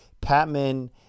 Patman